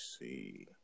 see